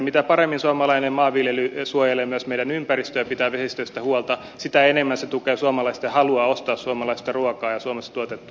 mitä paremmin suomalainen maanviljely suojelee myös meidän ympäristöämme pitää vesistöistä huolta sitä enemmän se tukee suomalaisten halua ostaa suomalaista ruokaa ja suomessa tuotettua ruokaa